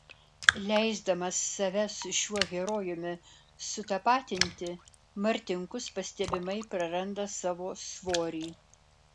leisdamas save su šiuo herojumi sutapatinti martinkus pastebimai praranda savo svorį